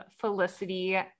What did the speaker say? Felicity